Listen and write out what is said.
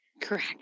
Correct